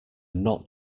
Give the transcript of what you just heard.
not